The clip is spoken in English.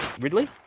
Ridley